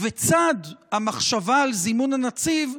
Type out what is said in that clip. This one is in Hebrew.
בצד המחשבה על זימון הנציב,